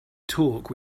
talk